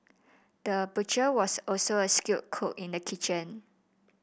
the butcher was also a skilled cook in the kitchen